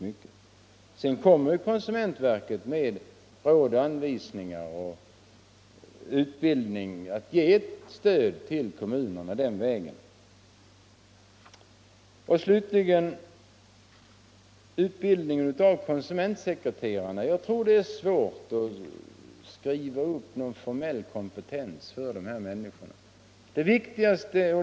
Konsumentverket kommer ju också att med råd, anvisningar och utbildning ge ett stöd till kommunerna. Slutligen vill jag något beröra utbildningen av konsumentsekreterare. Jag tror det är svårt att skriva upp någon formell kompetens för dessa människor.